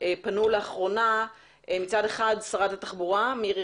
מצד אחד פנתה לאחרונה שרת התחבורה מירי